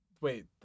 Wait